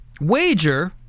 wager